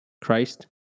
Christ